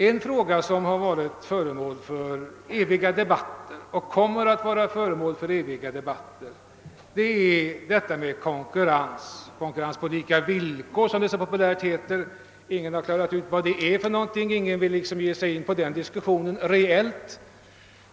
En fråga som har varit föremål för eviga debatter och kommer att vara föremål för debatter är detta med konkurrens på lika villkor, som det så populärt heter. Ingen har klarat ut vad det är för någonting. Ingen vill ge sig in på den diskussionen reellt.